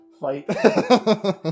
fight